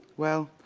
well,